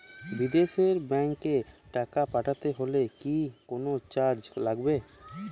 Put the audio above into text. বিদেশের ব্যাংক এ টাকা পাঠাতে হলে কি কোনো চার্জ লাগবে?